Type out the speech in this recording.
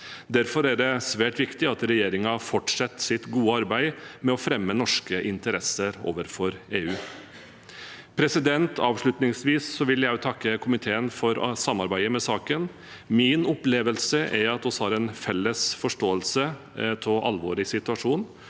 Derfor er det svært viktig at regjeringen fortsetter sitt gode arbeid med å fremme norske interesser overfor EU. Avslutningsvis vil jeg takke komiteen for samarbeidet om saken. Min opplevelse er at vi har en felles forståelse av alvoret i situasjonen,